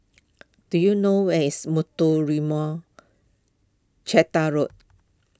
do you know where is Muthuraman Road